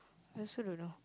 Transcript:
I also don't know